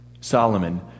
Solomon